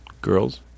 Girls